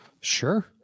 Sure